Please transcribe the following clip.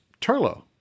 Turlo